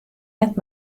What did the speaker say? net